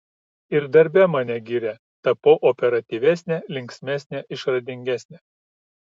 ir darbe mane giria tapau operatyvesnė linksmesnė išradingesnė